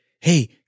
Hey